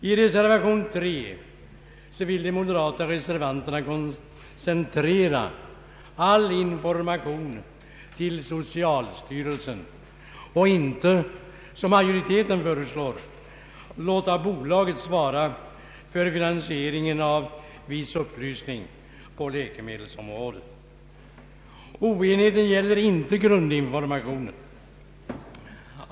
I reservation 3 vill de moderata reservanterna koncentrera all information till socialstyrelsen och inte, som utskottsmajoriteten föreslår, låta bolaget svara för finansiering av viss upplysning på läkemedelsområdet. Oenigheten gäller inte grundinformationen.